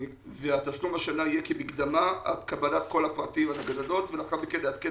והתשלום השנה יהיה כמקדמה עד קבלת כל הפרטים לגננות ולאחר מכן נעדכן